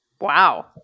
Wow